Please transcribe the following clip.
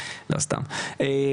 אני